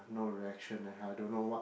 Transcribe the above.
no reaction leh I don't know what